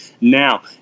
Now